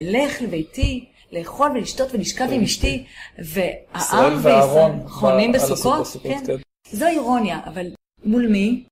אלך לביתי, לאכול ולשתות ולשכב עם אשתי, וישראל ואהרן חונים בסוכות? זו אירוניה, אבל מול מי?